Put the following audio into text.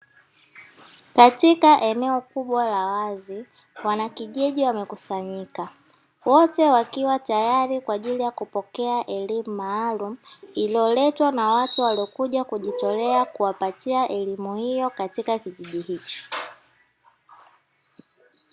Katika eneo kubwa la wazi, wanakijiji wamekusanyika. Wote wakiwa tayari kwa ajili ya kupokea elimu maalumu; iliyoletwa na watu waliokuja kujitolea, kuwapatia elimu hiyo katika Kijiji hicho.